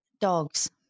Dogs